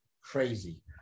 crazy